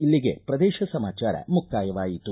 ಇಲ್ಲಿಗೆ ಪ್ರದೇಶ ಸಮಾಚಾರ ಮುಕ್ತಾಯವಾಯಿತು